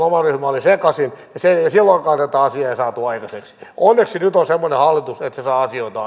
oma ryhmä oli sekaisin ja silloinkaan tätä asiaa ei saatu aikaiseksi onneksi nyt on semmoinen hallitus että se saa asioita